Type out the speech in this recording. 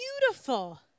Beautiful